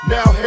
Now